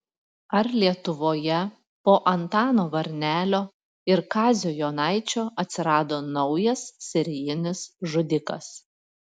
ar lietuvoje po antano varnelio ir kazio jonaičio atsirado naujas serijinis žudikas